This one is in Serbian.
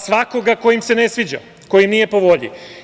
Svakoga ko im se ne sviđa, ko im nije po volji.